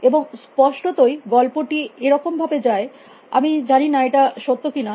এবং স্পষ্টতই গল্পটি এরম ভাবে যায় আমি জানি না যে এটি সত্য কী না